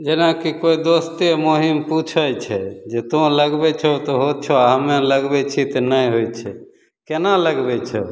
जेनाकी कोइ दोस्ते महीम पुछै छै जे तू लगबै छहो तऽ होइ छऽ हमे लगबै छियै तऽ नहि होइ छै केना लगबै छहो